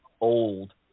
old